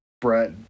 Brett